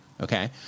okay